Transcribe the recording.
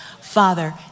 Father